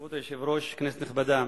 כבוד היושב-ראש, כנסת נכבדה,